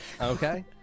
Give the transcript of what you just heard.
Okay